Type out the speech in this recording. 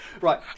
Right